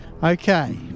Okay